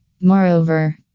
Moreover